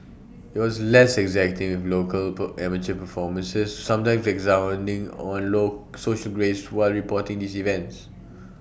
IT was less exacting with local amateur performances sometimes expounding on low social graces while reporting these events